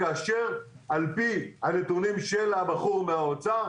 כאשר על פי הנתונים של הבחור מהאוצר,